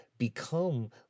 become